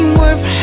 worth